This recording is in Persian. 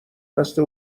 بسته